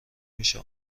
میشه